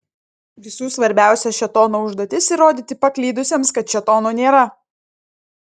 visų svarbiausia šėtono užduotis įrodyti paklydusiems kad šėtono nėra